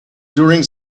during